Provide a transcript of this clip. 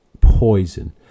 poison